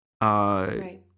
Right